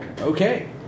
Okay